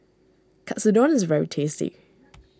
Katsudon is very tasty